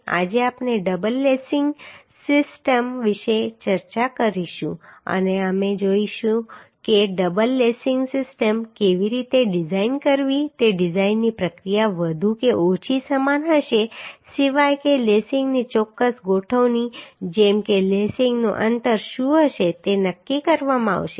આજે આપણે double lacing system વિશે ચર્ચા કરીશું અને અમે જોઈશું કે ડબલ લેસિંગ સિસ્ટમ કેવી રીતે ડિઝાઇન કરવી તે ડિઝાઇનની પ્રક્રિયા વધુ કે ઓછી સમાન હશે સિવાય કે લેસિંગની ચોક્કસ ગોઠવણી જેમ કે લેસિંગનું અંતર શું હશે તે નક્કી કરવામાં આવશે